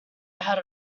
out